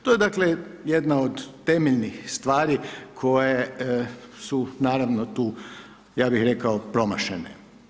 To je dakle, jedna od temeljnih stvari koje su naravno tu ja bih rekao promašene.